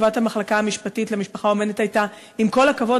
תשובת המחלקה המשפטית למשפחה אומנת הייתה: עם כל הכבוד,